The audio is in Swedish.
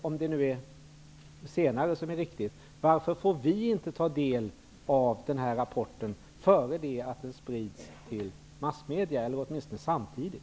Om det senare är riktigt, varför får vi då inte ta del av rapporten innan den sprids till massmedierna eller åtminstone samtidigt?